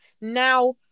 Now